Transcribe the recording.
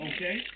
Okay